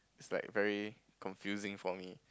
it's like very confusing for me